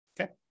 Okay